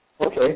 Okay